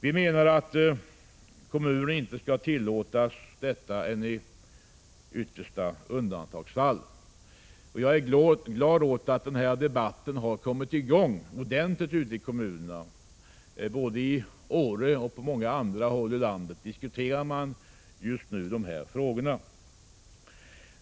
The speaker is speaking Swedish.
Vi menar att kommunen inte skall tillåtas göra detta annat än i yttersta undantagsfall. Jag är glad åt att denna debatt har kommit i gång ordentligt ute i kommunerna. Både i Åre och på många andra håll i landet diskuteras just nu dessa frågor.